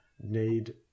need